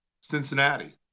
Cincinnati